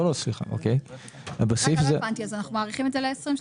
לא מאריכים את זה ל-2030?